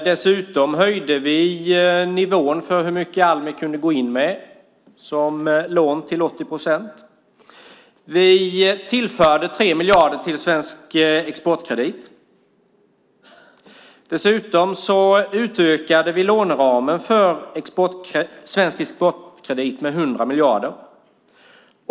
Dessutom höjde vi nivån för hur mycket Almi kunde gå in med, som lån till 80 procent. Vi tillförde 3 miljarder till Svensk Exportkredit. Dessutom utökade vi låneramen för Svensk Exportkredit med 100 miljarder.